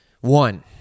One